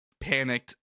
panicked